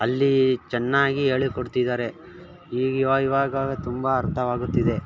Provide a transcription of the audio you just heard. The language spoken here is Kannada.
ಅಲ್ಲಿ ಚೆನ್ನಾಗಿ ಹೇಳಿಕೊಡ್ತಿದ್ದಾರೆ ಈಗ ಇವಾಗ ಇವಾಗ ತುಂಬ ಅರ್ಥವಾಗುತ್ತಿದೆ